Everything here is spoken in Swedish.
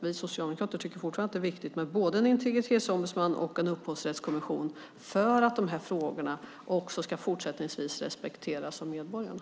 Vi socialdemokrater tycker fortfarande att det är viktigt med både en integritetsombudsman och en upphovsrättskommission för att de här frågorna också fortsättningsvis ska respekteras av medborgarna.